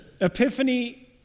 Epiphany